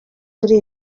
kuri